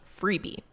freebie